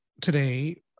today